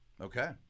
Okay